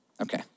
Okay